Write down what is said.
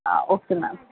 okay ma'am